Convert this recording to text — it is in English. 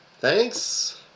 Thanks